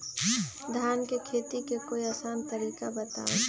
धान के खेती के कोई आसान तरिका बताउ?